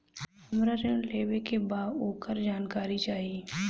हमरा ऋण लेवे के बा वोकर जानकारी चाही